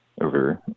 over